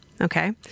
Okay